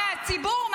מהציבור?